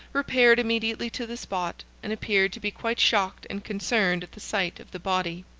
repaired immediately to the spot, and appeared to be quite shocked and concerned at the sight of the body.